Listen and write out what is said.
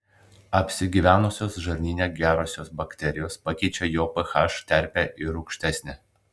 apsigyvenusios žarnyne gerosios bakterijos pakeičia jo ph terpę į rūgštesnę